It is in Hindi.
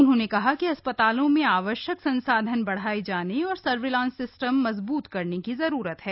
उन्होंने कहा कि अस्पतालों में आवश्यक संसाधन बढ़ाये जाने और सर्विलांस सिस्टम मजबूत करने की जरूरत है